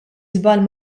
żball